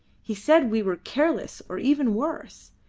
he said we were careless or even worse.